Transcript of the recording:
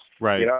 Right